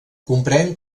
comprèn